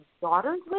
daughters